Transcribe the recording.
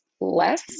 less